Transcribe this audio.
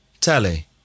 Telly